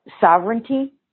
sovereignty